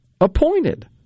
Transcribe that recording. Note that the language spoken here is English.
appointed